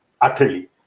utterly